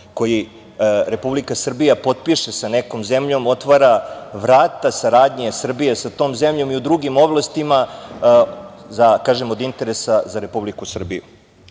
koji Republika Srbija potpiše sa nekom zemljom otvara vrata saradnje Srbije sa tom zemljom i u drugim oblastima od interes za Republiku Srbiju. Na